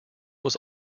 was